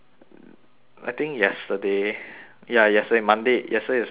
I think yesterday ya yesterday monday yesterday is monday right